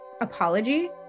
apology